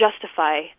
justify